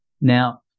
Now